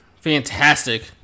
fantastic